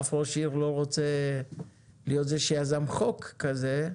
אף ראש עיר לא רוצה להיות זה שיזם חוק כזה,